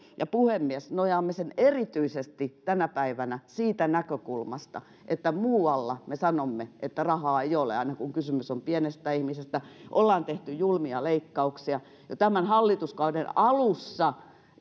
ja puhemies nojaamme sen erityisesti tänä päivänä siitä näkökulmasta että muualla me sanomme että rahaa ei ole näin aina kun kysymys on pienestä ihmisestä ollaan tehty julmia leikkauksia ja tämän hallituskauden alussa